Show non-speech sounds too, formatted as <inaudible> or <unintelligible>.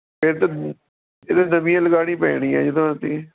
ਫਿਰ ਤਾਂ ਇਹ ਤਾਂ ਨਵੀਆਂ ਲਗਾਉਣੀ ਪੈਣੀ ਹੈ ਜੀ <unintelligible>